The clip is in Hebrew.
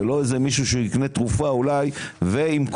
ולא איזה מישהו שיקנה תרופה אולי וימכור